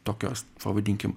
tokios pavadinkim